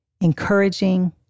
encouraging